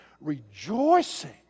rejoicing